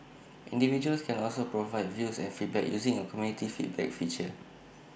individuals can also provide views and feedback using A community feedback feature